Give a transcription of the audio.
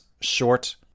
short